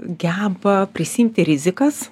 geba prisiimti rizikas